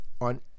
on